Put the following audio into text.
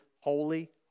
Holy